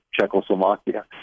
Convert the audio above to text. Czechoslovakia